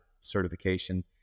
certification